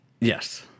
Yes